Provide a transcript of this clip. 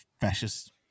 fascist